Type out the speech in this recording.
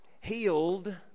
healed